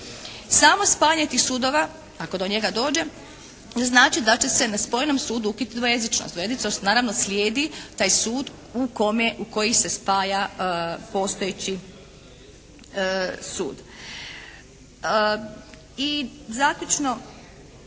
samo spajanje tih sudova ako do njega dođe ne znači da će se na spojenom sudu ukinuti dvojezičnost. Dvojezičnost naravno slijedi taj sud u kome, u koji se spaja postojeći sud.